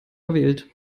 verwählt